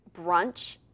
brunch